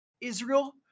Israel